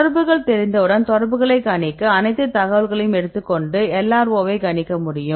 தொடர்புகள் தெரிந்தவுடன் தொடர்புகளை கணிக்க அனைத்து தகவல்களையும் எடுத்துக்கொண்டு LRO ஐ கணிக்க முடியும்